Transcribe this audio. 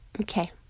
Okay